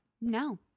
no